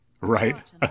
right